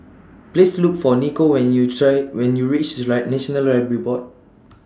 Please Look For Nico when YOU when YOU REACH National Library Board